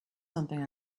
something